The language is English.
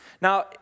Now